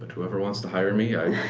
whoever wants to hire me,